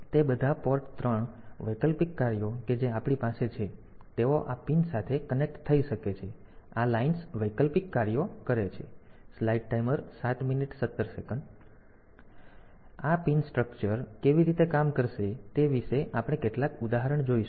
તેથી તે બધા પોર્ટ 3 વૈકલ્પિક કાર્યો કે જે આપણી પાસે છે તેથી તેઓ આ પિન સાથે કનેક્ટ થઈ શકે છે આ લાઇન્સ વૈકલ્પિક કાર્યો કરે છે તેથી આ પિન સ્ટ્રક્ચર કેવી રીતે કામ કરશે તે વિશે આપણે કેટલાક ઉદાહરણ જોઈશું